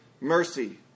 mercy